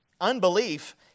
Unbelief